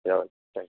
ya thank you